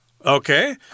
Okay